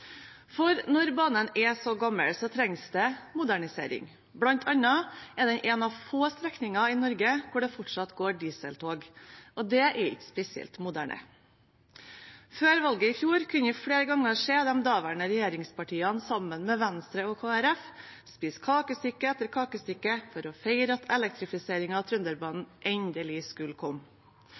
For når banen er så gammel, trengs det modernisering. Blant annet er den en av få strekninger i Norge hvor det fortsatt går dieseltog, og det er ikke spesielt moderne. Før valget i fjor kunne vi flere ganger se de daværende regjeringspartiene sammen med Venstre og Kristelig Folkeparti spise kakestykke etter kakestykke for å feire at elektrifiseringen av Trønderbanen endelig skulle komme.